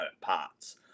parts